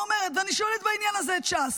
אני שואלת בעניין הזה את ש"ס,